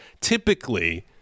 typically